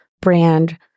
brand